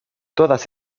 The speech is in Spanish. todas